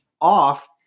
off